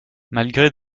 malgré